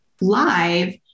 live